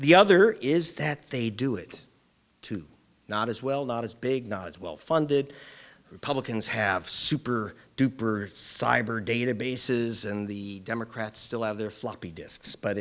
the other is that they do it too not as well not as big not as well funded republicans have super duper cyber databases and the democrats still have their floppy discs but